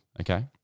okay